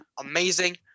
amazing